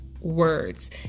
words